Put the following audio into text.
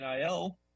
NIL